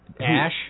Ash